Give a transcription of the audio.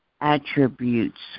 attributes